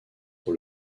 pour